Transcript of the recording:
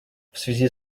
связи